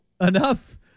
Enough